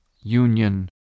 union